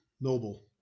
noble